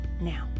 now